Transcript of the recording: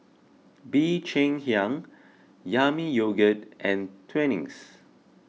Bee Cheng Hiang Yami Yogurt and Twinings